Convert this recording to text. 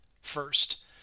First